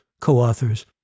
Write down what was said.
co-authors